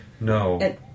No